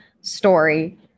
story